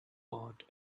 awed